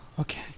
okay